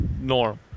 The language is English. norm